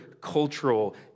cultural